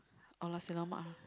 oh nasi-lemak ah